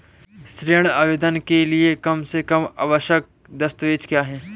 ऋण आवेदन के लिए कम से कम आवश्यक दस्तावेज़ क्या हैं?